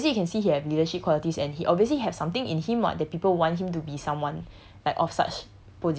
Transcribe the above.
so it's like obvious you can see he have leadership qualities and he obviously have something in him [what] that people want him to be someone